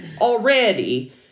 already